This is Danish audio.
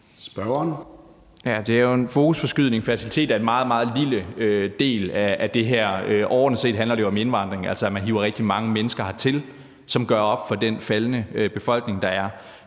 Bjørn (DF): Det er jo en fokusforskydning. Fertilitet er en meget, meget lille del af det her. Overordnet set handler det jo om indvandring, altså at man hiver rigtig mange mennesker hertil, som gør op for den faldende befolkning, der er.